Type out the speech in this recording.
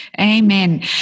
Amen